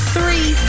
Three